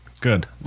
Good